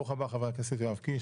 ברוך הבא חבר הכנסת יואב קיש.